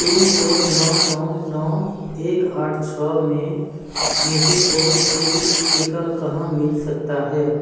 pin code नौ नौ नौ एक आठ छः में मुझे कोविडशील्ड टीका कहाँ मिल सकता है